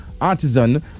artisan